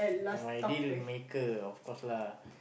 oh my deal maker of course lah